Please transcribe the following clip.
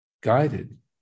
guided